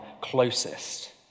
closest